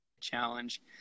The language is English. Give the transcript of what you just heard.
challenge